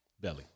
Belly